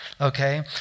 Okay